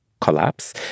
collapse